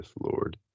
Lord